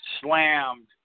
slammed